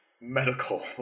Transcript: medical